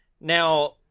now